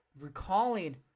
recalling